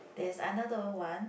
there's another one